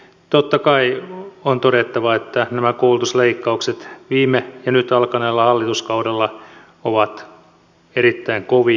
totta kai on todettava että nämä koulutusleikkaukset viime ja nyt alkaneella hallituskaudella ovat erittäin kovia